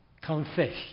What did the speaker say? confess